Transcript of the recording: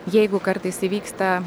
jeigu kartais įvyksta